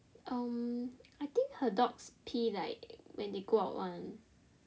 um I think her dogs pee like when they go out [one]